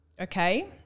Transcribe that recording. Okay